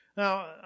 Now